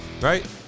right